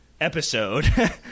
episode